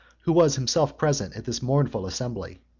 who was himself present at this mournful assembly.